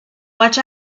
watch